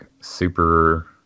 super